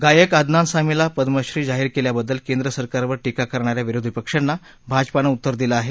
गायक आदनान सामीला पद्मश्री जाहीर केल्याबद्दल केंद्र सरकारवर टीका करणा या विरोधी पक्षांना भाजपानं उत्तर दिलं आहे